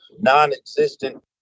non-existent